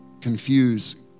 confuse